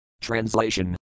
Translation